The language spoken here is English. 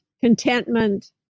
contentment